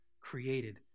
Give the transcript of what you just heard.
created